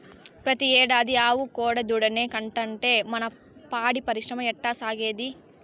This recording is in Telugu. పెతీ ఏడాది ఆవు కోడెదూడనే కంటాంటే మన పాడి పరిశ్రమ ఎట్టాసాగేది